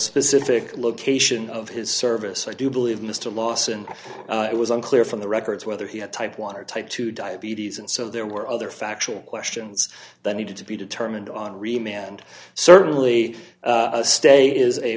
specific location of his service i do believe mr lawson it was unclear from the records whether he had type one or type two diabetes and so there were other factual questions that needed to be determined on re man and certainly a stay is a